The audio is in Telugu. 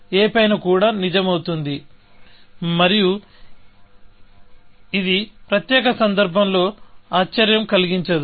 a పైన కూడా నిజం అవుతుంది మరియు ఇది ప్రత్యేక సందర్భంలో ఆశ్చర్యం కలిగించదు